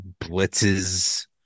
blitzes